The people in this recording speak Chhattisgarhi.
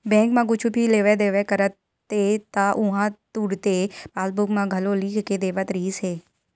बेंक म कुछु भी लेवइ देवइ करते त उहां तुरते पासबूक म घलो लिख के देवत रिहिस हे